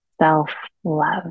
self-love